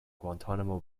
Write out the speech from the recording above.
guantanamo